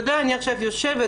אתה יודע, אני עכשיו יושבת